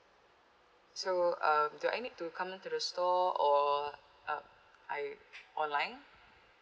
so um do I need to come down to the store or uh I online